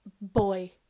boy